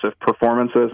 performances